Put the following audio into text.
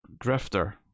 Drifter